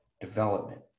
development